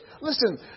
Listen